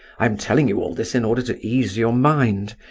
i am telling you all this in order to ease your mind,